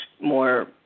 more